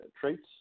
traits